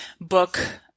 book